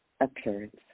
appearance